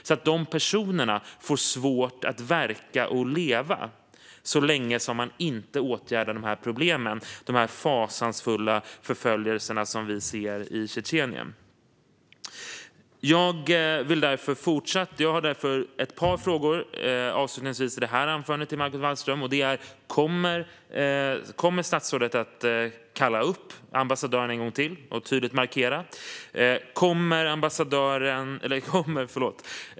Då får de personerna svårt att verka och leva så länge som de inte åtgärdar problemen med de fasansfulla förföljelser som vi ser i Tjetjenien. Avslutningsvis i detta anförande har jag ytterligare ett par frågor till Margot Wallström: Kommer statsrådet att kalla upp ambassadören en gång till och göra en tydlig markering?